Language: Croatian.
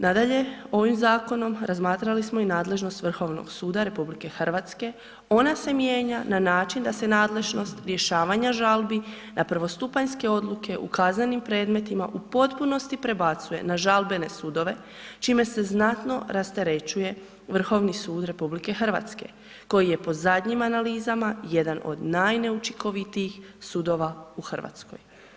Nadalje, ovim zakonom razmatrali smo i nadležnost Vrhovnog suda RH ona se mijenja na način da se nadležnost rješavanja žalbi na prvostupanjske odluke u kaznenim predmetima u potpunosti prebacuje na žalbene sudove čime se znatno rasterećuje Vrhovni sud RH koji je po zadnjim analizama jedan od najneučinkovitijih sudova u Hrvatskoj.